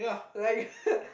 like